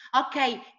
Okay